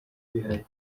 bihari